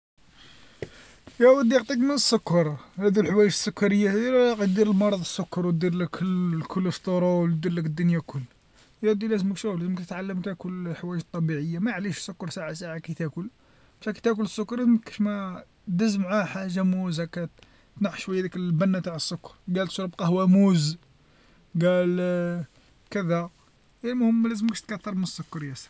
يا ودي اخطيك من السكر، هادو الحوايج السكريه هاذي والله لا غي دير المرض السكر وديرلك الكوليسترول وديرلك الدنيا كل، يا ودي لازملك شوف، لازم تتعلم تاكل الحوايج الطبيعيه، ماعليش السكر ساعه ساعه كي تاكل، بصح كي تاكل السكر لازمك كاشما دز معاه حاجه موز هكا، تنحي شويه ديك البنة تاع السكر، قال تشرب قهوه موز، قال كذا، المهم ما لازمكش تكثر من السكر ياسر.